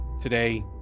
today